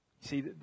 See